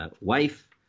wife